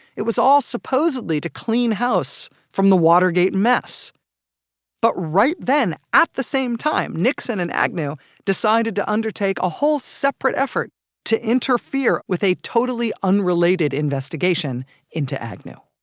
it was all supposedly to clean house from the watergate mess but right then at the same time, nixon and agnew decided to undertake a whole separate effort to interfere with a totally unrelated investigation into agnew